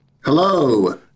Hello